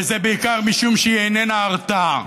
וזה בעיקר משום שהיא איננה הרתעה.